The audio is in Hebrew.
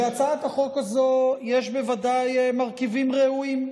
בהצעת החוק הזו יש בוודאי מרכיבים ראויים.